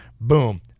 Boom